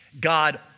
God